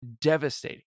devastating